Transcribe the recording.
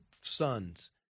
sons